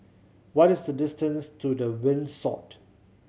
what is the distance to The